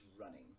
running